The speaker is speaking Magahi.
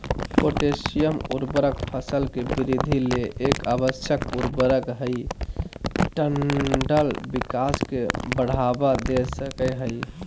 पोटेशियम उर्वरक फसल के वृद्धि ले एक आवश्यक उर्वरक हई डंठल विकास के बढ़ावा दे सकई हई